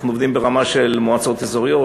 אנחנו עובדים ברמה של מועצות אזוריות,